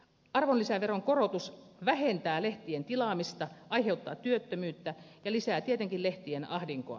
arvonlisäveron korotus vähentää lehtien tilaamista aiheuttaa työttömyyttä ja lisää tietenkin lehtien ahdinkoa